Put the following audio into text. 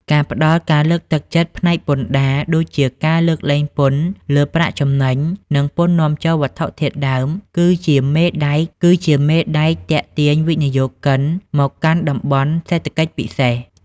ការផ្ដល់ការលើកទឹកចិត្តផ្នែកពន្ធដារ ដូចជាការលើកលែងពន្ធលើប្រាក់ចំណេញ និងពន្ធនាំចូលវត្ថុធាតុដើម គឺជាមេដែកទាក់ទាញវិនិយោគិនមកកាន់ តំបន់សេដ្ឋកិច្ចពិសេស។